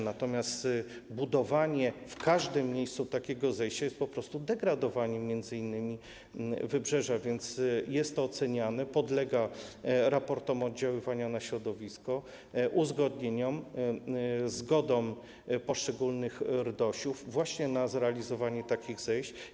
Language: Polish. Natomiast budowanie w każdym miejscu takiego zejścia jest po prostu m.in. degradowaniem wybrzeża, więc jest to oceniane, podlega raportom oddziaływania na środowisko, uzgodnieniom, zgodom poszczególnych RDOŚ-ów właśnie na zrealizowanie takich zejść.